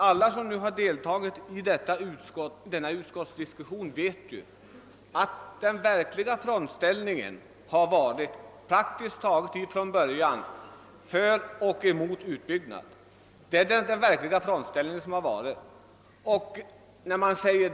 Alla som deltagit i utskottsdiskussionen vet att den verkliga frontställningen praktiskt taget från början varit för eller emot utbyggnad av Vindelälven.